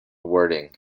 wording